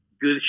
good